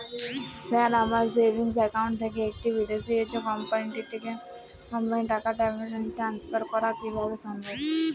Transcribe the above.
Sir আমার savings account থেকে একটি বিদেশি কোম্পানিকে টাকা ট্রান্সফার করা কীভাবে সম্ভব?